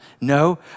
No